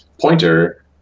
pointer